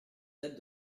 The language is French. tête